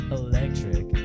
electric